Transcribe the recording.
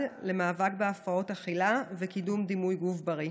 למאבק בהפרעות אכילה ולקידום דימוי גוף בריא.